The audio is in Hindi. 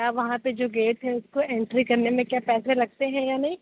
क्या वहाँ पर जो गेट है उसको एंट्री करने में क्या पैसे लगते हैं या नहीं